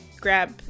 grab